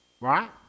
right